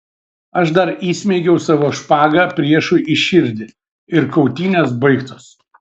aš dar įsmeigiau savo špagą priešui į širdį ir kautynės baigtos